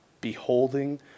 beholding